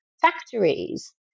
factories